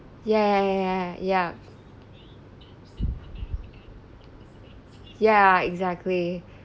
ya ya ya ya ya ya exactly